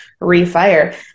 refire